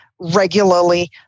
regularly